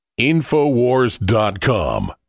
InfoWars.com